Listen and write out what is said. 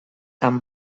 amb